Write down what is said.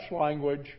language